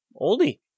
Oldie